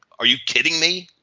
are you kidding me?